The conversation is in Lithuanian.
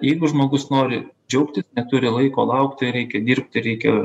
jeigu žmogus nori džiaugtis neturi laiko laukti reikia dirbti reikia